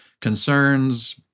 concerns